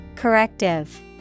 Corrective